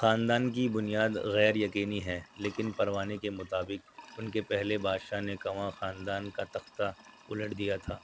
خاندان کی بُنیاد غیر یقینی ہے لیکن پروانے کے مُطابق اُن کے پہلے بادشاہ نے کنوا خاندان کا تختہ اُلٹ دیا تھا